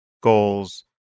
goals